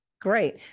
Great